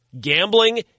Gambling